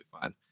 fine